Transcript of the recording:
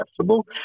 accessible